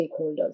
stakeholders